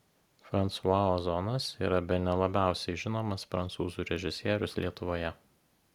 fransua ozonas yra bene labiausiai žinomas prancūzų režisierius lietuvoje